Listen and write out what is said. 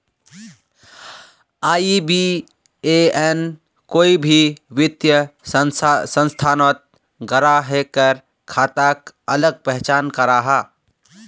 IBAN कोई भी वित्तिय संस्थानोत ग्राह्केर खाताक अलग पहचान कराहा